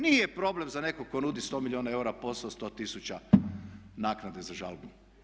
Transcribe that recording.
Nije problem za nekog tko nudi sto milijuna eura posao sto tisuća naknade za žalbu.